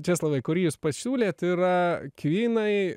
česlovai kurį jūs pasiūlėt yra kvynai